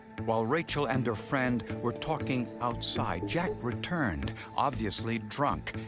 while rachel and her friend were talking outside, jack returned, obviously drunk,